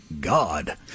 God